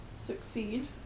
Succeed